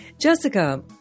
Jessica